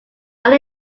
are